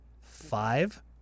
five